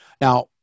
Now